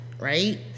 Right